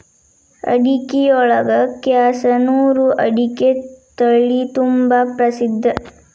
ಅಡಿಕಿಯೊಳಗ ಕ್ಯಾಸನೂರು ಅಡಿಕೆ ತಳಿತುಂಬಾ ಪ್ರಸಿದ್ಧ